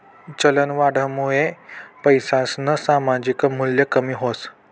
चलनवाढनामुये पैसासनं सामायिक मूल्य कमी व्हस